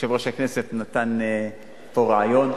יושב-ראש הכנסת נתן פה רעיון.